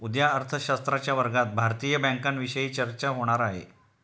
उद्या अर्थशास्त्राच्या वर्गात भारतीय बँकांविषयी चर्चा होणार आहे